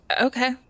Okay